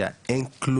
אין בריכת שחיה,